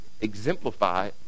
exemplify